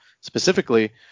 specifically